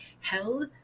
held